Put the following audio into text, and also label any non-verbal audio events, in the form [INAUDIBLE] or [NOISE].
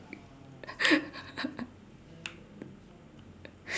[LAUGHS]